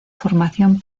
formación